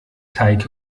teig